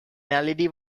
led